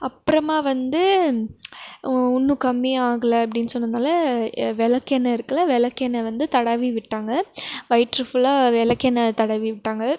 அப்புறமாக வந்து இன்னும் கம்மி ஆகலை அப்படின் சொன்னதுனால் விளக்கெண்ண இருக்குமில்ல விளக்கெண்ண வந்து தடவி விட்டாங்க வயிற்று ஃபுல்லாக விளக்கெண்ண தடவி விட்டாங்க